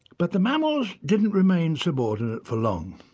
but the mammals didn't remain subordinate for long.